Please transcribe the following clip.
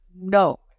no